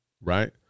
right